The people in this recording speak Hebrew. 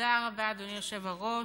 תודה רבה, אדוני היושב-ראש.